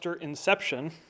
Inception